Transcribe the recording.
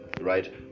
right